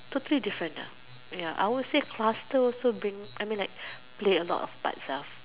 totally different ah ya I would say cluster also bring I mean like create a lot parts ah